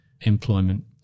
employment